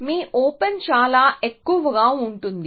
మీ open చాలా ఎక్కువగా ఉంటుంది